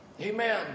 Amen